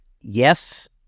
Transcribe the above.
Yes